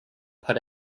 put